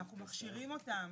אנחנו מכשירים אותם